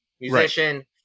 Musician